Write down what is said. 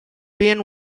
been